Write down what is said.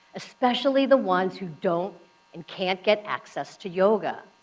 especially the ones who don't and can't get access to yoga.